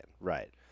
right